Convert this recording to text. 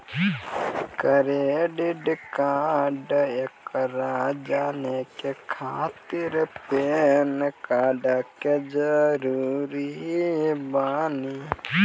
Credit score जाने के खातिर पैन कार्ड जरूरी बानी?